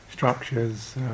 structures